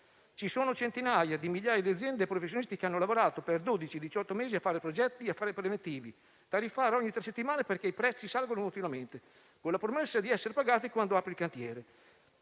ci sono centinaia di migliaia di aziende e professionisti che hanno lavorato per dodici-diciotto mesi a fare progetti e preventivi, da rifare ogni tre settimane perché i prezzi aumentano continuamente, con la promessa di essere pagati quando apre il cantiere,